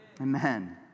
Amen